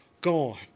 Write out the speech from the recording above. gone